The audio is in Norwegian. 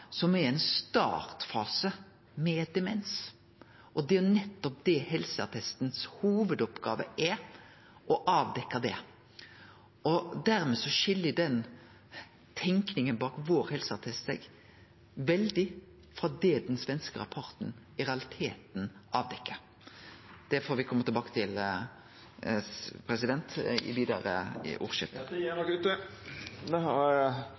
som er i ein startfase med demens. Det er nettopp det som er hovudoppgåva til helseattesten – å avdekkje det. Dermed skil tenkinga bak helseattesten vår seg veldig frå det den svenske rapporten i realiteten avdekkjer. Det får me kome tilbake til i det vidare ordskiftet. Replikkordskiftet er